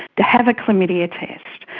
to have a chlamydia test.